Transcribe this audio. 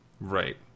Right